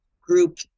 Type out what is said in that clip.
group